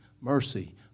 mercy